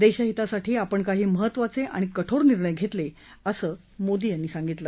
देशहितासाठी आपण काही महत्त्वाचे आणि कठोर निर्णय घेतले असं त्यांनी सांगितलं